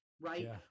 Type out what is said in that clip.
right